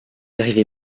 arrivez